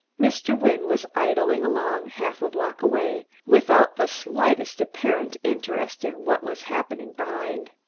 mr. wynne was idling along, half a block away, without the slightest apparent interest in what was happening behind.